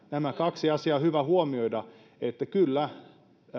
nämä kaksi asiaa on hyvä huomioida ja kyllä